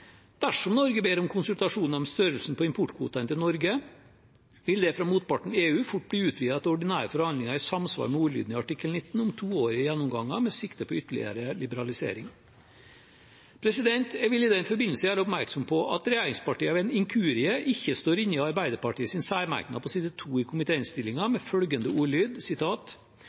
Dersom Norge ber om konsultasjoner om størrelsen på importkvotene til Norge, vil det fra motparten, EU, fort bli utvidet til ordinære forhandlinger i samsvar med ordlyden i artikkel 19 om toårige gjennomganger med sikte på ytterligere liberalisering. Jeg vil i den forbindelse gjøre oppmerksom på at regjeringspartiene ved en inkurie ikke står inne i Arbeiderpartiets særmerknad på side 2 i komitéinnstillingen med følgende ordlyd: